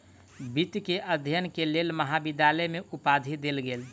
वित्त के अध्ययन के लेल महाविद्यालय में उपाधि देल गेल